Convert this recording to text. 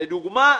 לדוגמה,